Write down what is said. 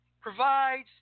provides